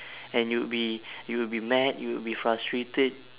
and you'd be you would be mad you would be frustrated